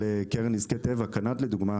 קרן נזקי טבע, קנ"ט, לדוגמה,